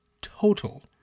total